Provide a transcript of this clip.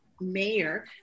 mayor